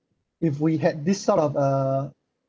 if we had this sort of uh